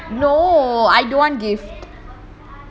no I don't want gift